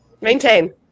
Maintain